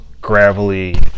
Gravelly